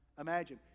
imagine